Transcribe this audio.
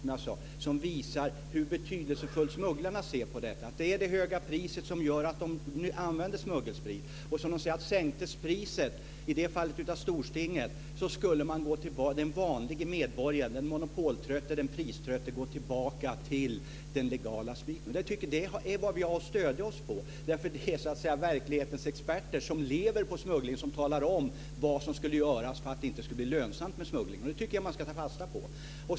De visar hur betydelsefullt detta är för smugglarna. Det är det höga priset som gör att man använder smuggelsprit. De säger att om Stortinget skulle besluta om sänkningar av priset, så skulle den vanlige medborgaren, den monopoltrötte och priströtte, gå tillbaka till den legala spriten. Detta är vad vi har att stödja oss på. Det är så att säga verklighetens experter som lever på smuggling som talar om vad som skulle göras för att det inte skulle bli lönsamt med smuggling, och det tycker jag att man ska ta fasta på.